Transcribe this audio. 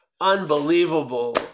unbelievable